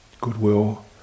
Goodwill